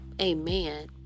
Amen